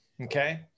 okay